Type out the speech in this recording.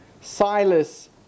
Silas